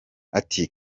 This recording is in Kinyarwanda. ati